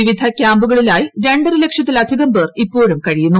വിവിധ ക്യാമ്പുകളിലായി ര ര ലക്ഷത്തിലധികം പേർ ഇപ്പോഴും കുഴിയുന്നു